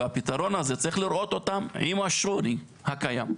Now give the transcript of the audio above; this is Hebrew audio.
והפתרון הזה, צריך לראות אותם עם השוני הקיים.